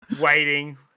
waiting